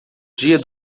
dia